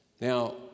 Now